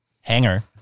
hangar